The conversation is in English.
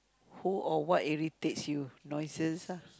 who or what irritates you noises ah